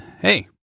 Hey